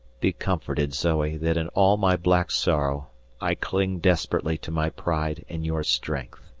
be comforted, zoe, that in all my black sorrow i cling desperately to my pride in your strength.